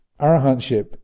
arahantship